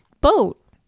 boat